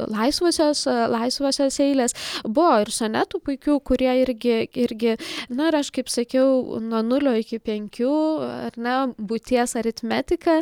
laisvosios laisvosios eilės buvo ir sonetų puikių kurie irgi irgi na ir aš kaip sakiau nuo nulio iki penkių ar ne būties aritmetika